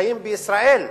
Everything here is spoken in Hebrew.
שחיים בישראל,